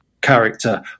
character